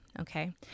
okay